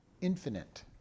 Infinite